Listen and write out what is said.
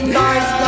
nice